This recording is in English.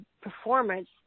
performance